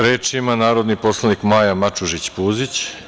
Reč ima narodni poslanik Maja Mačužić Puzić.